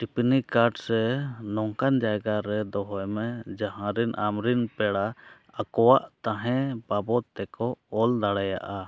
ᱴᱤᱯᱱᱤ card ᱥᱮ ᱱᱚᱝᱠᱟᱱ ᱡᱟᱭᱜᱟ ᱨᱮ ᱫᱚᱦᱚᱭ ᱢᱮ ᱡᱟᱦᱟᱸ ᱨᱮᱱ ᱟᱢᱨᱮᱱ ᱯᱮᱲᱟ ᱟᱠᱚᱣᱟᱜ ᱛᱟᱦᱮᱸ ᱵᱟᱵᱚᱛ ᱛᱮᱠᱚ ᱚᱞ ᱫᱟᱲᱮᱭᱟᱜᱼᱟ